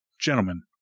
Gentlemen